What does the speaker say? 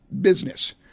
business